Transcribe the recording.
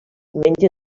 mengen